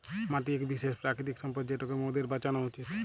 মাটি এক বিশেষ প্রাকৃতিক সম্পদ যেটোকে মোদের বাঁচানো উচিত